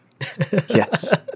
Yes